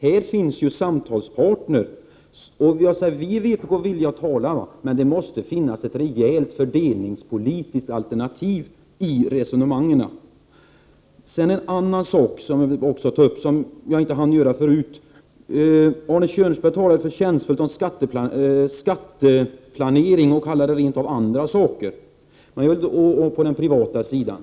Vi i vpk är villiga att tala, men det måste finnas ett rejält fördelningspolitisk alternativ i resonemangen. Sedan vill jag ta upp en annan sak, som jag inte hann med förut. Arne Kjörnsberg talade förtjänstfullt om skatteplaneringen på den privata sidan och kallade den rent av för andra saker.